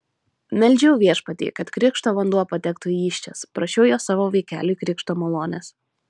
meldžiau viešpatį kad krikšto vanduo patektų į įsčias prašiau jo savo vaikeliui krikšto malonės